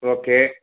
okay